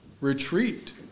retreat